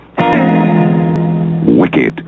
wicked